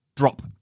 drop